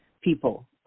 people